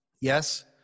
Yes